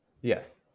Yes